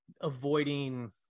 avoiding –